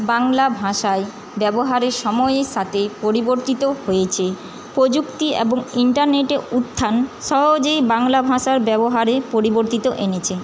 বাংলা ভাষায় ব্যবহারের সময়ের সাথে পরিবর্তিত হয়েছে প্রযুক্তি এবং ইন্টারনেটের উত্থান সহজেই বাংলা ভাষার ব্যবহারে পরিবর্তিত এনেছে